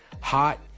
hot